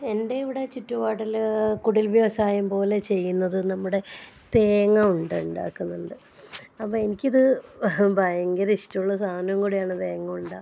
എൻ്റെ ഇവിടെ ചുറ്റുപാടിൽ കുടിൽ വ്യവസായം പോലെ ചെയ്യുന്നത് നമ്മുടെ തേങ്ങ ഉണ്ട ഉണ്ടാക്കുന്നുണ്ട് അപ്പോൾ എനിക്കത് ഭയങ്കര ഇഷ്ടമുള്ള സാധനം കൂടെയാണ് തേങ്ങ ഉണ്ട